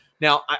Now